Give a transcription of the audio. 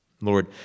Lord